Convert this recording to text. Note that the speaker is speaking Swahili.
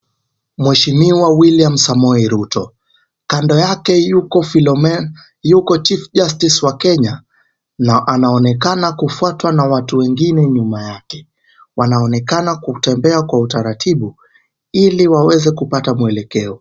Mheshimiwa William Samoei Ruto. Kando yake yuko chief justice wa Kenya na anaonekana kufuatwa na watu wengine nyuma yake. Wanaonekana kutembea kwa utaratibu ili waweze kupata mwelekeo.